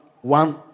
one